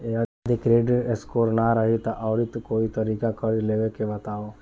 जदि credit score ना रही त आऊर कोई तरीका कर्जा लेवे के बताव?